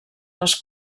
les